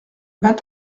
vingt